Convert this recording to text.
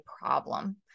problem